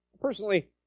Personally